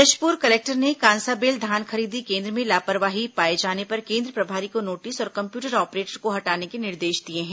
Jashpur collector ने कांसाबेल धान खरीदी केन्द्र में लापरवाही पाए जाने पर केन्द्र प्रभारी को नोटिस और कम्प्यूटर ऑपरेटर को हटाने के निर्देश दिए हैं